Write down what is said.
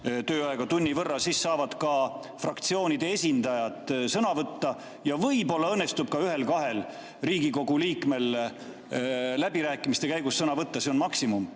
tööaega tunni võrra, siis saavad ka fraktsioonide esindajad sõna võtta ja võib-olla õnnestub ühel-kahel Riigikogu liikmel läbirääkimiste käigus sõna võtta. See on maksimum.